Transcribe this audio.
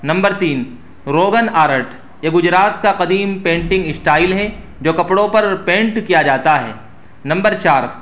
number تین Rogan art یہ گجرات کا قدیم پینٹنگ اسٹائل ہے جو کپڑوں پر پینٹ کیا جاتا ہے نمبر چار